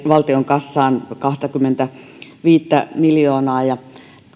valtion kassaan kahtakymmentäviittä miljoonaa